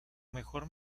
mejor